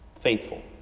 faithful